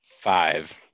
five